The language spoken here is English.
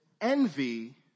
envy